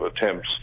attempts